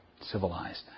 Civilized